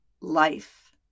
life